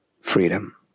freedom